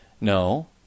No